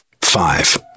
Five